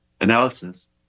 analysis